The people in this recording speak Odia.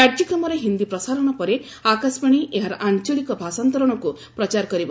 କାର୍ଯ୍ୟକ୍ରମର ହିନ୍ଦୀ ପ୍ରସାରଣ ପରେ ଆକାଶବାଣୀ ଏହାର ଆଞ୍ଚଳିକ ଭାଷାନ୍ତରଣକୁ ପ୍ରଚାର କରିବ